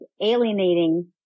alienating